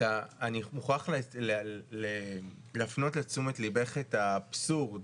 אני מוכרח להפנות לתשומת ליבך את האבסורד